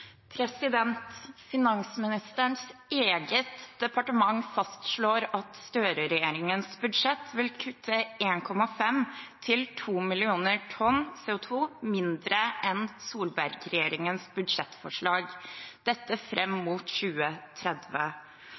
Finansministerens eget departement fastslår at Støre-regjeringens budsjett vil kutte 1,5–2 millioner tonn CO 2 mindre enn Solberg-regjeringens budsjettforslag fram mot 2030.